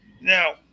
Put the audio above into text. now